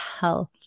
health